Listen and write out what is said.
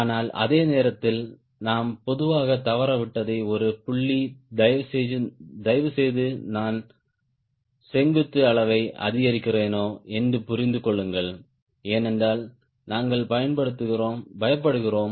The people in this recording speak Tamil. ஆனால் அதே நேரத்தில் நாம் பொதுவாக தவறவிட்டதை ஒரு புள்ளி தயவுசெய்து நான் செங்குத்து அளவை அதிகரிக்கிறேனா என்று புரிந்து கொள்ளுங்கள் ஏனென்றால் நாங்கள் பயப்படுகிறோம்